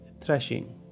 thrashing